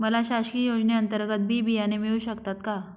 मला शासकीय योजने अंतर्गत बी बियाणे मिळू शकतात का?